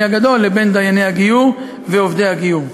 הגדול לבין דייני מערך הגיור ועובדי מערך הגיור.